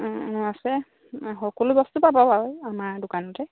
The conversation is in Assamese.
অঁ অঁ আছে সকলো বস্তু পাব বাৰু আমাৰ দোকানতে